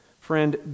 friend